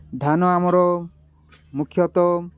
ଧାନ ଆମର ମୁଖ୍ୟତଃ